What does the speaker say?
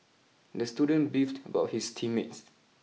the student beefed about his team mates